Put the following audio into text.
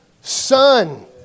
Son